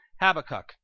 Habakkuk